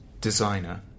designer